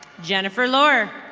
jennifer lore.